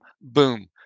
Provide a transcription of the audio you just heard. boom